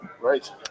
Right